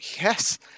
yes